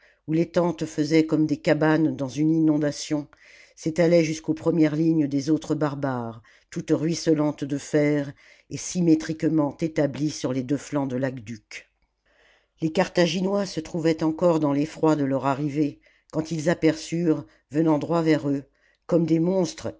où les tentes faisaient comme des cabanes dans une inondation s'étalait jusqu'aux premières lignes des autres barbares toutes ruisselantes de fer et symétriquement établies sur les deux flancs de l'aqueduc les carthaginois se trouvaient encore dans o leffi oi de leur arrivée quand ils aperçurent venant droit vers eux comme des monstres